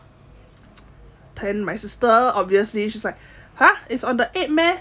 then my sister obviously she's like !huh! it's on the eighth meh